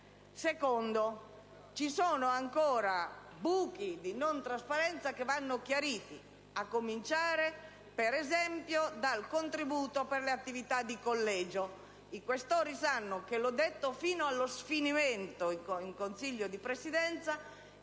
luogo, esistono ancora buchi di non trasparenza che devono essere chiariti, a cominciare - per esempio - dal contributo per le attività di collegio. I Questori sanno, in quanto l'ho detto fino allo sfinimento in Consiglio di Presidenza,